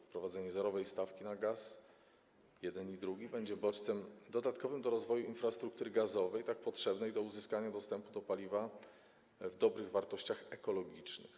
Wprowadzenie zerowej stawki na gaz - jeden i drugi - będzie bodźcem dodatkowym do rozwoju infrastruktury gazowej, tak potrzebnej do uzyskania dostępu do paliwa w dobrych wartościach ekologicznych.